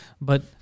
but-